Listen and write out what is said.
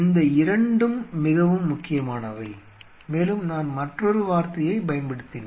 இந்த இரண்டும் மிகவும் முக்கியமானவை மேலும் நான் மற்றொரு வார்த்தையைப் பயன்படுத்தினேன்